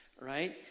right